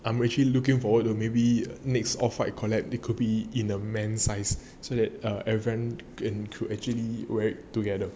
err actually looking forward to maybe next off white collab it could be in man size so that err everyone would could actually wore it together